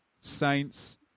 Saints